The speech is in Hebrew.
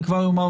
אני כבר אומר,